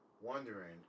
wondering